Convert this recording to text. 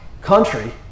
country